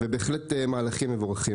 אלה בהחלט מהלכים מבורכים.